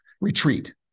retreat